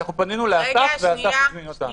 פנינו לאסף, ואסף הזמין אותנו.